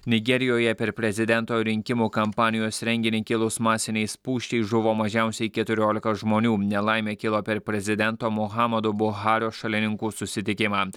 nigerijoje per prezidento rinkimų kampanijos renginį kilus masinei spūsčiai žuvo mažiausiai keturiolika žmonių nelaimė kilo per prezidento muhamadu buhario šalininkų susitikimą